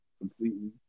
completely